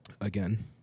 Again